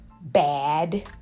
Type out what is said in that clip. bad